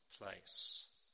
place